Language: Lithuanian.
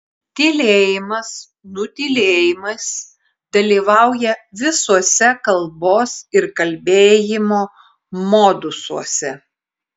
tylėjimas nutylėjimas dalyvauja visuose kalbos ir kalbėjimo modusuose